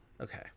Okay